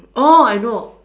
oh I know